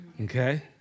Okay